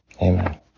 Amen